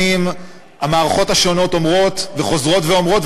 שנים המערכות השונות אומרות וחוזרות ואומרות,